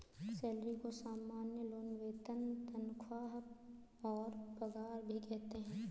salary को सामान्य लोग वेतन तनख्वाह और पगार भी कहते है